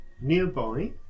Nearby